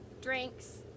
Drinks